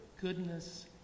goodness